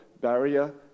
barrier